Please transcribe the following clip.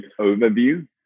overview